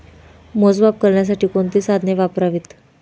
मोजमाप करण्यासाठी कोणती साधने वापरावीत?